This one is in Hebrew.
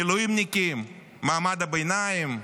מילואימניקים, מעמד הביניים,